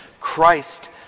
Christ